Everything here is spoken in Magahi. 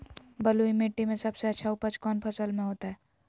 बलुई मिट्टी में सबसे अच्छा उपज कौन फसल के होतय?